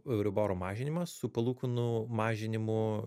euriboro mažinimas su palūkanų mažinimu